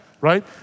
right